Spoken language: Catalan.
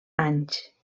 anys